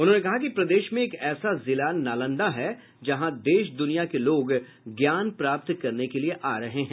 उन्होंने कहा कि प्रदेश में एक ऐसा जिला नालन्दा है जहां देश दुनिया के लोग ज्ञान प्राप्त करने के लिए आ रहे हैं